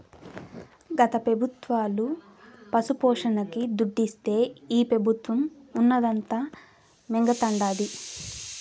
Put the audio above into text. గత పెబుత్వాలు పశుపోషణకి దుడ్డిస్తే ఈ పెబుత్వం ఉన్నదంతా మింగతండాది